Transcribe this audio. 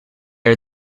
are